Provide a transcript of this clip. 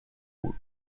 wound